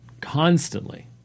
constantly